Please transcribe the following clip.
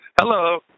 Hello